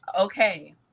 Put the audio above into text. okay